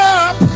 up